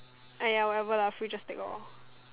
!aiya! whatever lah free just take lor